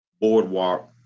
boardwalk